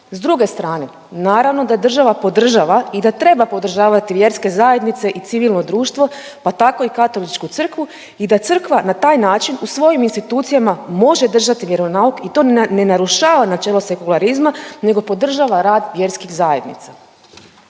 S druge strane naravno da država podržava i da treba podržavati vjerske zajednice i civilno društvo, pa tako i Katoličku Crkvu i da Crkva na taj način u svojim institucijama može držati vjeronauk i to ne narušava načelo sekularizma nego podržava rad vjerskih zajednica.